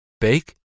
bake